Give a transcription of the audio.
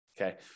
okay